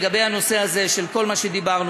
לגבי הנושא הזה של כל מה שדיברנו,